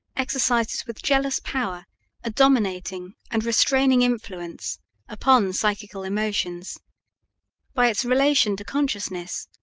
exercises with jealous power a dominating and restraining influence upon psychical emotions by its relation to consciousness,